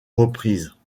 reprise